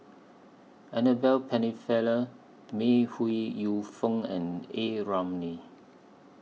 Annabel Pennefather May Ooi Yu Fen and A Ramli